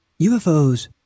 UFOs